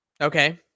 Okay